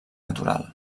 natural